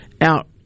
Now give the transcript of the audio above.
out